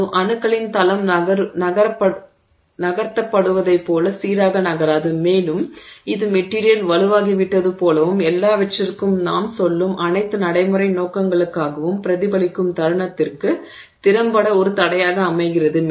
அது அணுக்களின் தளம் நகர்த்தப்படுவதைப் போல சீராக நகராது மேலும் இது மெட்டிரியல் வலுவாகிவிட்டது போலவும் எல்லாவற்றிற்கும் நாம் சொல்லும் அனைத்து நடைமுறை நோக்கங்களுக்காகவும் பிரதிபலிக்கும் தருணத்திற்கு திறம்பட ஒரு தடையாக அமைகிறது